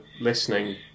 listening